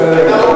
בסדר גמור.